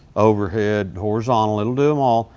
overhead, horizontal it'll do'em all.